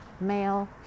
male